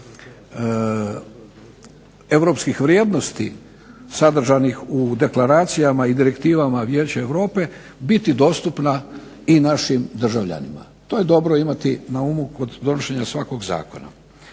europskih vrijednosti sadržanih u deklaracijama i direktivama Vijeća Europe biti dostupna i našim državljanima. To je dobro imati na umu kod donošenja svakog zakona.